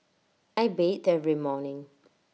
I bathe every morning